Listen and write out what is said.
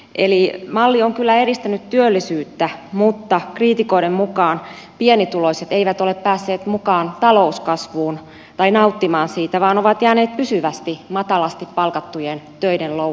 eli malli on kyllä edistänyt työllisyyttä mutta kriitikoiden mukaan pienituloiset eivät ole päässeet mukaan talouskasvuun tai nauttimaan siitä vaan ovat jääneet pysyvästi matalasti palkattujen töiden loukkuun